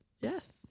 yes